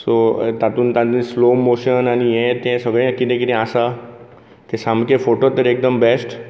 so तातूंत ताणी slow motion आनी हे ते सगळे कितें कितें आसा ते फोटो तर एकदम बॅस्ट